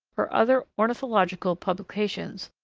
or other ornithological publications,